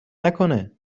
نکنه